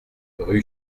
rue